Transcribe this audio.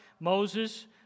Moses